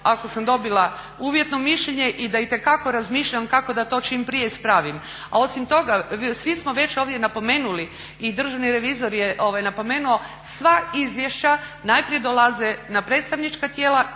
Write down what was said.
ako sam dobila uvjetno mišljenje i da itekako razmišljam kako da to čim prije ispravim. A osim toga svi smo već ovdje napomenuli i državni revizor je napomenuo sva izvješća najprije dolaze na predstavnička tijela